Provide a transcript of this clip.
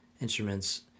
instruments